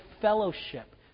fellowship